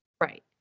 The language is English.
Right